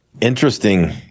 interesting